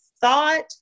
thought